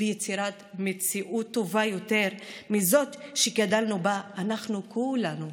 ויצירת מציאות טובה יותר מזאת שגדלנו בה אנחנו כולנו.